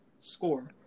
Score